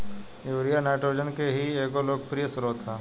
urea nitrogen के ही एगो लोकप्रिय स्रोत ह